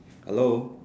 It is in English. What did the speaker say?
hello